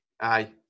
Aye